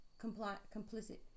complicit